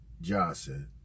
Johnson